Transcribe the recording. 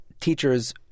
teachers